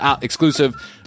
exclusive